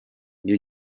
new